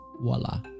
voila